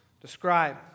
describe